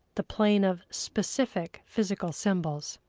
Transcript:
the plane of specific physical symbols.